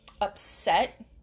upset